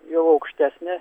jau aukštesnę